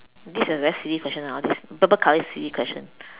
this is a very silly question ah all this purple colour is silly question